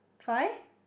five